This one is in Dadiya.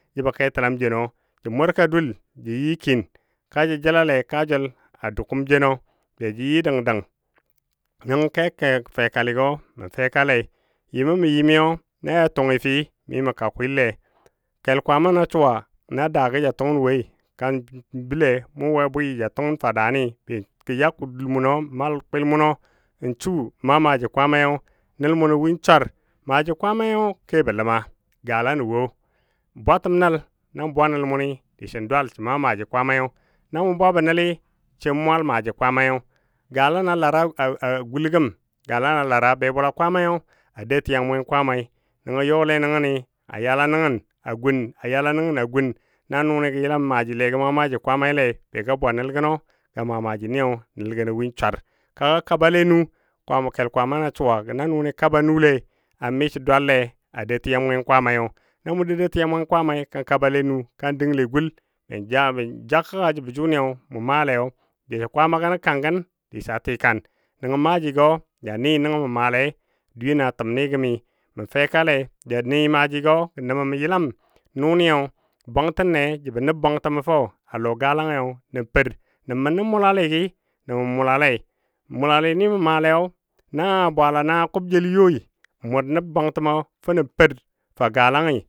Jəbɔ kətəlam jenɔ jə mʊrka dul jə yɨ kin kajə jəlale kaajəl a dou kʊm jenɔ bejə yɨ dəng dəng nəngɔ kel fɛkaligɔ mə fɛkalei yɨmɔ mə yɨmi na ya tungi fəi mi mə ka kwille kel kwaananɔ a suwa na daagɔ ja tungən woi ka bəle mʊ we bwɨ ja tungənte a daani be ya dul mʊnɔ mal kwil mʊnɔ n su maa maaji Kwaamai nəl mʊnɔ win swar maaji kwaamai kebɔ ləma galano wo bwatəm nəl, nan bwa nəl mʊni sən dwal sə maa maaji Kwaamanyo na mʊ bwabɔ nəli sai mwal maaji kwaamai, galana a lara a gulɔ gəm, galana lara bwe bʊla kwaamai a dou tiya mwen kwaamai nəngɔ yɔ le nəngəni, a yala nəngən a gun, a yala nəngən a gun na nʊnɨ gə yəlam maajile maa maaji Kwamalei be ga bwa nəl gənɔ ga maa maaji ni nəl gənɔ swar, kagə kabale nu kel Kwaamanɔ a suwa gɔ na nʊnɨ kaba nu lei a misə dwalle a dou tiya mwen Kwaamai na mʊ dou dou tiya mwen kwaamai ka kaba le nu ka dəngle gul be ja kəgga jəbo jʊni mʊ maalai Kwaama nan kangan disɔ tikan nəngɔ maajigo ja ni nəngo mə maale a dweyen a təmni gəmi mə fɛkale ja ni maajigɔ nə mə yəlam nʊnɨ bwangtənnə jəbɔ nəb bwangtəmo fou a lɔgalangyi nə per nəmɔ mə nə mʊlali gii nəmɔ mə mʊlalei mʊlali ni mə maalei na bwaala na kub jəli yoi n mʊr nəb bwangtəmo fou nən per a galangyi.